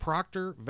Proctor